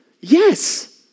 Yes